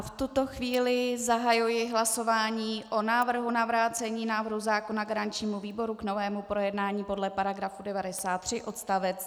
V tuto chvíli zahajuji hlasování o návrhu na vrácení návrhu zákona garančnímu výboru k novému projednání podle § 93 odst.